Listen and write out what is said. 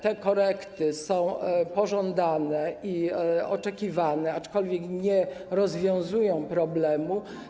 Te korekty są pożądane i oczekiwane, aczkolwiek nie rozwiązują problemu.